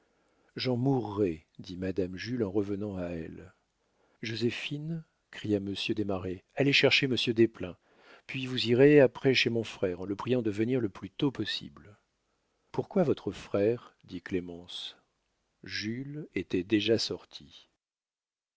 j'en mourrai dit madame jules en revenant à elle joséphine cria monsieur desmarets allez chercher monsieur desplein puis vous irez après chez mon frère en le priant de venir le plus tôt possible pourquoi votre frère dit clémence jules était déjà sorti